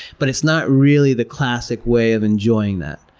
but it's not really the classic way of enjoying that.